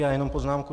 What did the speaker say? Já jenom poznámku.